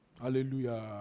Hallelujah